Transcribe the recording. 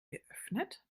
geöffnet